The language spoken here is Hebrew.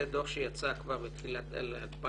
זה דוח שיצא כבר בתחילת 2018,